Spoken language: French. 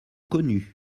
connus